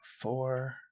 four